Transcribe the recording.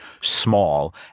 small